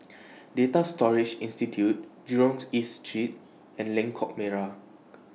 Data Storage Institute Jurong's East Street and Lengkok Merak